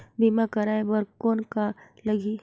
बीमा कराय बर कौन का लगही?